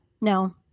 No